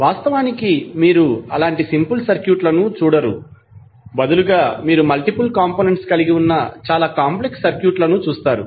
వాస్తవానికి మీరు అలాంటి సింపుల్ సర్క్యూట్లను చూడరు బదులుగా మీరు మల్టిపుల్ కంపోనెంట్స్ కలిగి ఉన్న చాలా కాంప్లెక్స్ సర్క్యూట్లను చూస్తారు